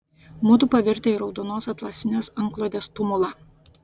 mudu pavirtę į raudonos atlasinės antklodės tumulą